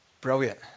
brilliant